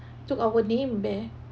took our name leh